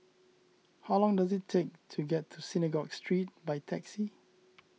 how long does it take to get to Synagogue Street by taxi